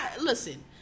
listen